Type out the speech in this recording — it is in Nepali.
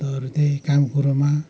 अन्त अरू त्यही कामकुरोमा